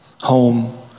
home